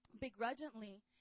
begrudgingly